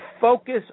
focus